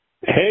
Hey